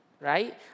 right